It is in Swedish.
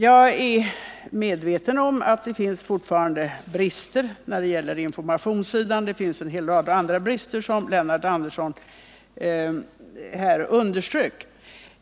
Jag är medveten om att det fortfarande finns brister när det gäller informationssidan och en hel rad andra brister, som Lennart Andersson påtalade.